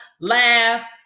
laugh